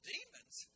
Demons